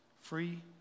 Free